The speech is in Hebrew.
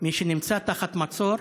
למי שנמצא תחת מצור.